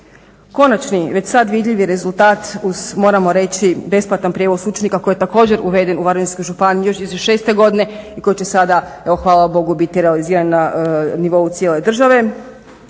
Konačni već sad vidljivi rezultat uz moramo reći besplatan prijevoz učenika koji je također uveden u Varaždinskoj županiji još 2006. godine i koji će sada evo hvala Bogu biti realiziran na nivou cijele države